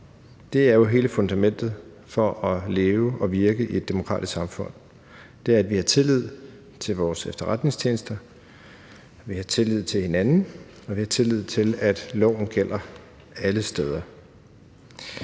Det er jo hele fundamentet for at leve og virke i et demokratisk samfund, altså det er, at vi har tillid til vores efterretningstjenester, at vi har tillid til hinanden, og at vi har tillid til, at loven gælder alle steder.